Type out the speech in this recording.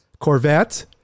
Corvette